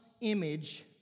image